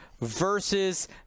versus